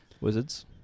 Wizards